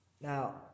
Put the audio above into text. Now